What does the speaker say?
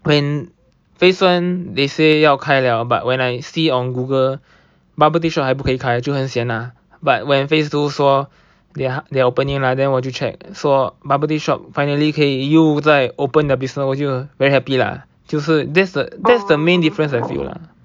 when phase one they say 要开了 but when I see on Google bubble tea shop 还不可以开就很 sian lah but when phase two 说 they're they're opening lah then 我就 check 说 bubble tea shop finally 可以又在 open the business 我就 very happy lah 就是 that's the that's the main difference I feel lah